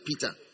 Peter